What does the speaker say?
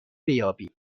بیابیم